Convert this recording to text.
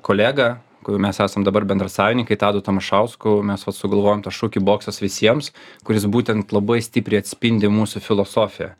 kolega kur mes esam dabar bendrasavininkai tadu tamašausku mes vat sugalvojom tą šūkį boksas visiems kuris būtent labai stipriai atspindi mūsų filosofiją